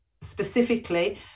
specifically